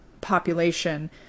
population